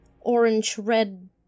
orange-red